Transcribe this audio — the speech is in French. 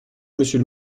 monsieur